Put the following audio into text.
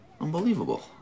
Unbelievable